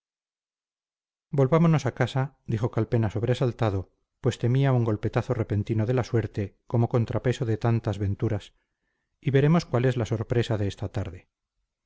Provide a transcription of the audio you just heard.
volvámonos a casa dijo calpena sobresaltado pues temía un golpetazo repentino de la suerte como contrapeso de tantas venturas y veremos cuál es la sorpresa de esta tarde